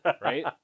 Right